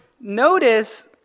notice